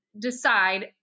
decide